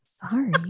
sorry